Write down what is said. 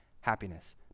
happiness